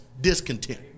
discontent